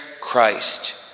Christ